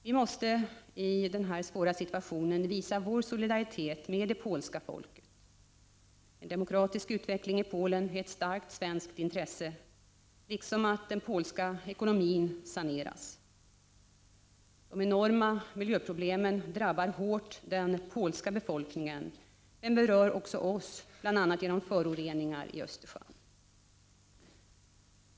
Vi måste i denna svåra situation visa vår solidaritet med det polska folket. En demokratisk utveckling i Polen är ett starkt svenskt intresse, liksom att den polska ekonomin saneras. De enorma miljöproblemen drabbar hårt den polska befolkningen, men berör också oss bl.a. genom föroreningar i Östersjön.